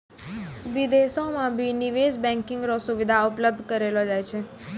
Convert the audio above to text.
विदेशो म भी निवेश बैंकिंग र सुविधा उपलब्ध करयलो जाय छै